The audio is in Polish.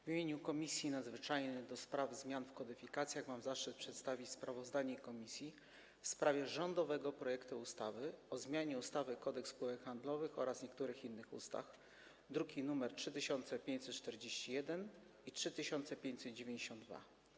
W imieniu Komisji Nadzwyczajnej do spraw zmian w kodyfikacjach mam zaszczyt przedstawić sprawozdanie komisji w sprawie rządowego projektu ustawy o zmianie ustawy Kodeks spółek handlowych oraz niektórych innych ustaw, druki nr 3541 i 3592.